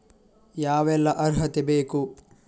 ಯಾವೆಲ್ಲ ಅರ್ಹತೆ ಬೇಕು?